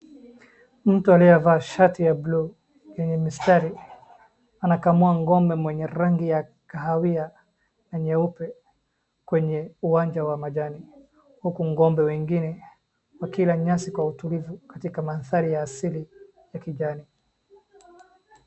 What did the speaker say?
Mtu anayevaa shati ya blue yenye mistari anakamua ng'ombe mwenye rangi ya kahawia na nyeupe kwenye uwanja wa majani, huku ng'ombe wengine wakila nyasi kwa utulivu katika mandhari ya sili ya kijani.